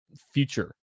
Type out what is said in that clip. future